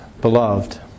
beloved